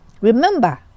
Remember